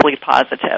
positive